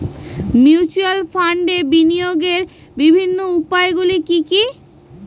Mutual ফান্ডে বিনিয়োগের বিভিন্ন উপায়গুলি কি কি?